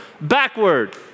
backward